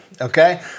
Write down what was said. Okay